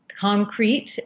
concrete